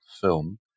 film